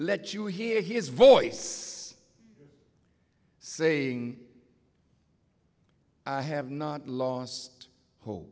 let you hear his voice saying i have not lost ho